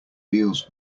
deals